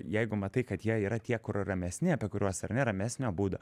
jeigu matai kad jie yra tie kur ramesni apie kuriuos ar ne ramesnio būdo